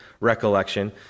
recollection